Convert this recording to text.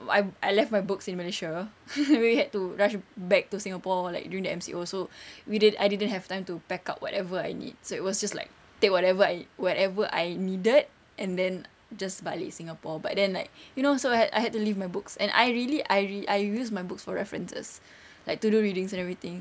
I I left my books in malaysia we had to rush back to singapore like during the M_C_O so we didn't I didn't have time to pack up whatever I need so it was just like take whatever I whatever I needed and then just balik singapore but then like you know so I had I had to leave my books and I really I really I use my books for references like to do readings and everything